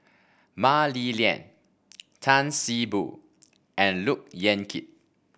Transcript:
Mah Li Lian Tan See Boo and Look Yan Kit